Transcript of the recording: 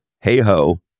hey-ho